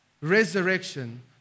resurrection